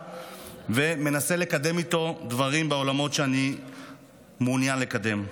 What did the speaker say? ומנסה לקדם איתו דברים בעולמות שאני מעוניין לקדם.